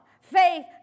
Faith